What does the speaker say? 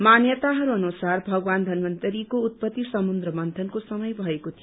मान्यताहरू अनुसार भगवान धन्वन्तरीको उत्पत्ती समुद्र मन्थनको समय भएको थियो